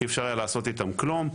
אי אפשר היה לעשות אתן כלום.